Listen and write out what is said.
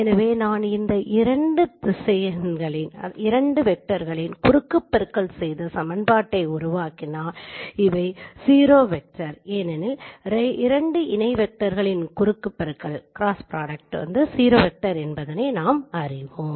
எனவே நான் இந்த இரண்டு திசையன்களின் குறுக்கு பெருக்கல் செய்து சமன்பாட்டை உருவாக்கினால் அவை 0 வெக்டர் ஏனெனில் 2 இணை வெக்டரின் குறுக்கு பெருக்கல் 0 வெக்டர் என்பதை நாம் அறிவோம்